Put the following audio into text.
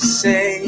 say